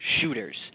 shooters